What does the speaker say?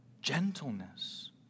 gentleness